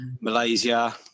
Malaysia